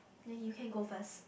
then you can go first